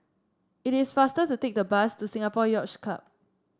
it is faster to take the bus to Singapore Yacht Club